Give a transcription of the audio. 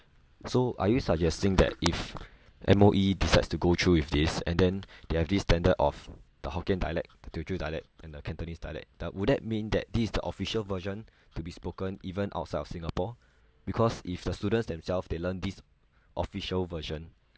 so are you suggesting that if M_O_E decides to go through with this and then they have this standard of the hokkien dialect teochew dialect and the cantonese dialect that would that mean that this is the official version to be spoken even outside of singapore because if the students themselves they learn this official version